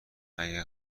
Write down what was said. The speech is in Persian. اگه